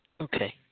Okay